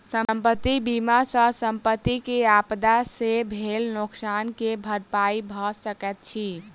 संपत्ति बीमा सॅ संपत्ति के आपदा से भेल नोकसान के भरपाई भअ सकैत अछि